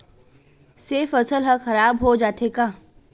से फसल ह खराब हो जाथे का?